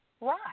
Right